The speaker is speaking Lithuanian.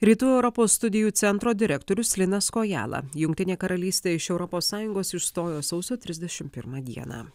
rytų europos studijų centro direktorius linas kojala jungtinė karalystė iš europos sąjungos išstojo sausio trisdešim pirmą dieną